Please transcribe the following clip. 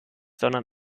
sondern